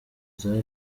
zari